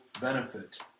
benefit